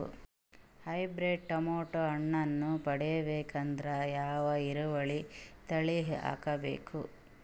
Hybrid tomato ಹಣ್ಣನ್ನ ಪಡಿಬೇಕಂದರ ಯಾವ ಇಳುವರಿ ತಳಿ ಹಾಕಬೇಕು?